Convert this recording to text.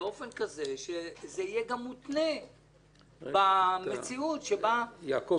באופן כזה שזה יהיה גם מותנה במציאות --- ערן,